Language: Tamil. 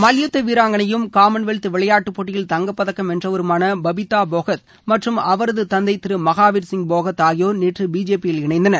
மல்யுத்த வீராங்கனையும் காமன்வெல்த் விளையாட்டு போட்டியில் தங்கப்பதக்கம் வென்றவருமான ப்பிதா போகத் மற்றும் அவரது தந்தை திரு மகாவீர் சிங் போகத் ஆகியோர் நேற்று பிஜேபியில் இணைந்தனர்